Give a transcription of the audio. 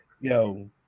Yo